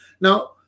Now